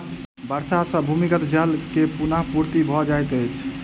वर्षा सॅ भूमिगत जल के पुनःपूर्ति भ जाइत अछि